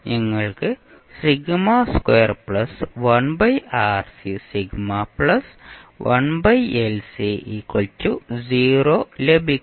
നിങ്ങൾക്ക് ലഭിക്കും